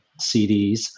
CDs